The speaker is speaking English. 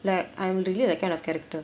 like I'm really that kind of character